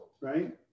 right